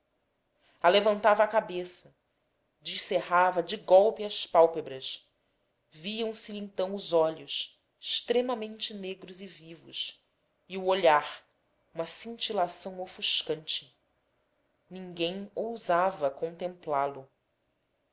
emudecia alevantava a cabeça descerrava de golpe as pálpebras viam-se-lhe então os olhos extremamente negros e vivos e o olhar uma cintilação ofuscante ninguém ousava contemplá lo